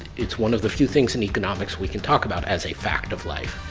it's one of the few things in economics we can talk about as a fact of life.